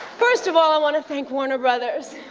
first of all, i want to thank warner brothers